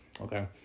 okay